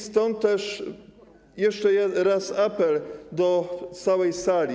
Stąd też jeszcze raz apel do całej sali.